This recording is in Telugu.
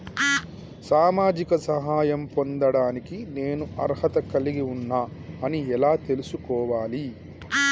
సామాజిక సహాయం పొందడానికి నేను అర్హత కలిగి ఉన్న అని ఎలా తెలుసుకోవాలి?